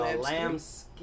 lambs